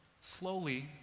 slowly